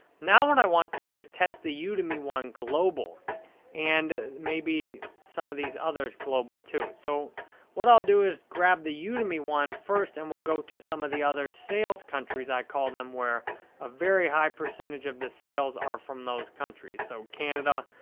now, what i want to do is test the yeah udemy one global and maybe some of these others global, too. so what i'll do is grab the yeah udemy one first and we'll go to some of the other sales countries, i call them, where a very high percentage of the sales are from those countries. so, canada,